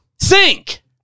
sink